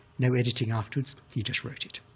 no editing afterwards. he just wrote it.